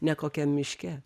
ne kokiam miške